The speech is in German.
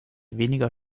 weniger